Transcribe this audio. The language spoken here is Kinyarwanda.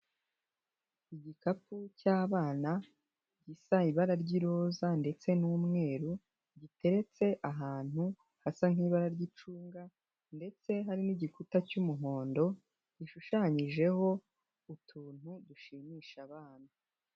Igikapu cy'abana, gisa ibara ry'iroza, ndetse n'umweru, giteretse ahantu hasa nk'ibara ry'icunga, ndetse hari n'igikuta cy'umuhondo gishushanyijeho utuntu dushimisha abana.